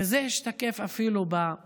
וזה אפילו השתקף בפעילות,